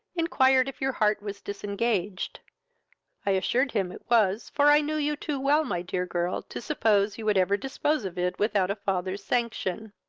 inquired if your heart was disengaged i assured him it was, for i knew you too well, my dear girl, to suppose you would ever dispose of it without a father's sanction.